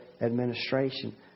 administration